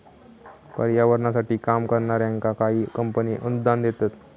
पर्यावरणासाठी काम करणाऱ्यांका काही कंपने अनुदान देतत